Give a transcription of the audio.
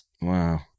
Wow